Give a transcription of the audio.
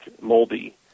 moldy